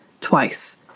twice